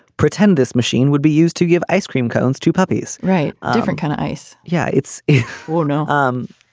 pretend this machine would be used to give ice cream cones to puppies right. a different kind of ice. yeah. it's a war no. um